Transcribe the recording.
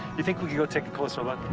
you think we could take a closer look?